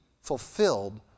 fulfilled